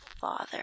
father